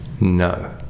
No